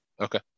Okay